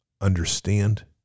understand